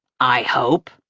i hope.